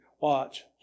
watch